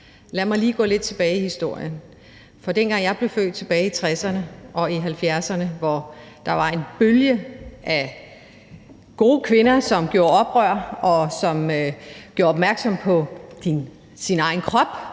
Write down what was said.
Lad mig lige gå lidt tilbage i historien, for dengang jeg blev født, tilbage i 60'erne, og i 70'erne, var der en bølge af gode kvinder, som gjorde oprør, og som gjorde opmærksom på egen krop,